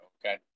okay